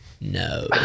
no